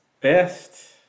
Best